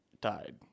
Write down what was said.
died